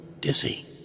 dizzy